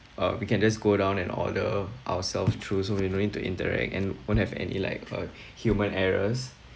uh we can just go down and order ourselves through so we no need to interact and won't have any like uh human errors